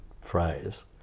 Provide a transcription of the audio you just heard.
phrase